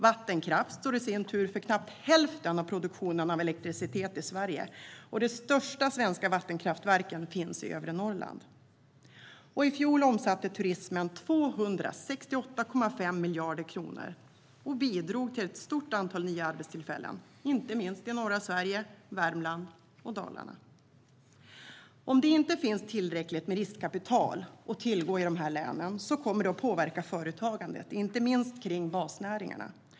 Vattenkraft står i sin tur för knappt hälften av produktionen av elektricitet i Sverige, och de största svenska vattenkraftverken finns i övre Norrland. I fjol omsatte dessutom turismen 268,5 miljarder kronor och bidrog till ett stort antal nya arbetstillfällen inte minst i norra Sverige, Värmland och Dalarna. Om det inte finns tillräckligt med riskkapital att tillgå i dessa län kommer det att påverka företagandet, inte minst kring basnäringarna.